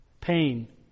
pain